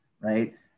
right